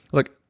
look,